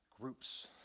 Groups